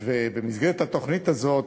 ובמסגרת התוכנית הזאת,